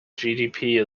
gdp